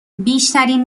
بیشترین